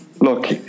look